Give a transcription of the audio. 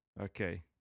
Okay